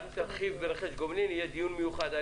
אל תרחיב ברכש גומלין כי בנושא זה יהיה דיון נפרד.